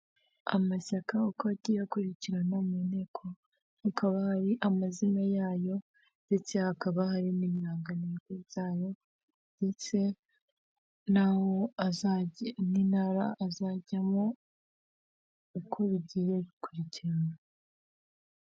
Amashyaka uko agiye akurikirana mu nteko hakaba hari amazina yayo ndetse hakaba hari n'ibirangantego byayo ndetse n'intara azajyamo uko bigiye bikurikirana.